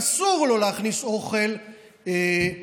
אסור לו להכניס אוכל חמץ.